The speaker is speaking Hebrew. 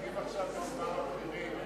הם עסוקים עכשיו בשכר הבכירים.